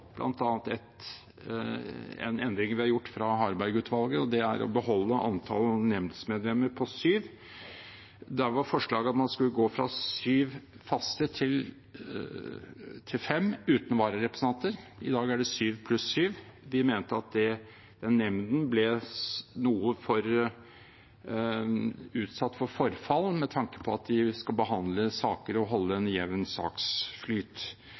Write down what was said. en endring vi har gjort fra Harberg-utvalget, og det er å beholde antall nemndsmedlemmer på syv. Der var forslaget at man skulle gå fra syv faste til fem, uten vararepresentanter. I dag er det syv pluss syv. Vi mente at den nemnden ble noe for utsatt for forfall med tanke på at de skal behandle saker og holde en jevn saksflyt,